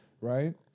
right